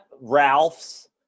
ralph's